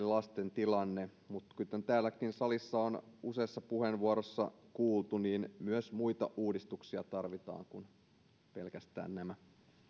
lasten tilanne mutta kuten täälläkin salissa on useassa puheenvuorossa kuultu myös muita uudistuksia tarvitaan kuin pelkästään nämä